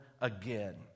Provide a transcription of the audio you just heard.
again